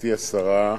גברתי השרה,